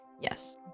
Yes